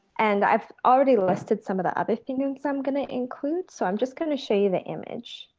and i've already listed some of the other things i'm gonna include. so i'm just gonna show you the image.